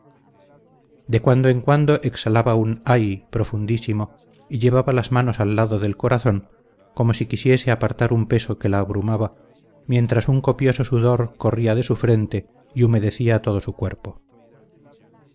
de cuando en cuando exhalaba un ay profundísimo y llevaba las manos al lado del corazón como si quisiese apartar un peso que la abrumaba mientras un copioso sudor corría de su frente y humedecía todo su cuerpo